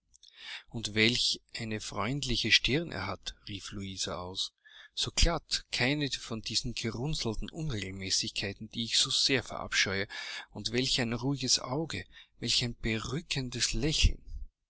und welch eine freundliche stirn er hat rief louisa aus so glatt keine von diesen gerunzelten unregelmäßigkeiten die ich so sehr verabscheue und welch ein ruhiges auge welch ein berückendes lächeln